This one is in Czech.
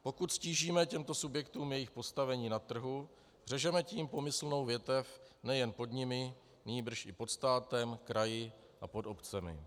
Pokud ztížíme těmto subjektům jejich postavení na trhu, řežeme tím pomyslnou větev nejen pod nimi, nýbrž i pod státem, kraji a pod obcemi.